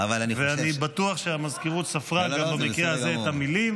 אני בטוח שהמזכירות ספרה במקרה הזה את המילים